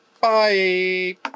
bye